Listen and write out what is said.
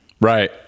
Right